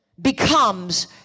becomes